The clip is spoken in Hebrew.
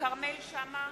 כרמל שאמה,